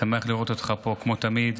שמח לראות אותך פה, כמו תמיד.